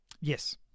Yes